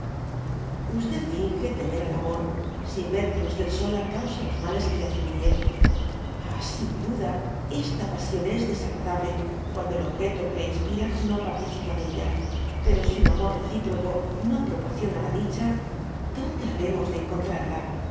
finge temer el amor sin ver que sola causa los males que le atribuye ah sin dada esta pasión es desagradable cuando el objeto que la inspira no participa de ella pero si un amor reciproco noy roporciona la dicha donde habremos de encontrarla